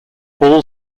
all